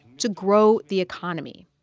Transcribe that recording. to grow the economy.